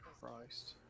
Christ